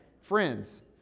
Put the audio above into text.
Friends